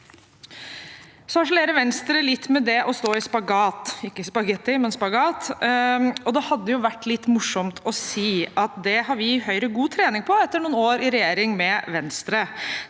Så harselerer Venstre litt med det å stå i spagat – ikke spagetti, men spagat. Det hadde vært litt morsomt å si at det har vi i Høyre god trening i etter noen år i regjering med Venstre.